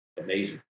amazing